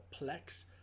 Plex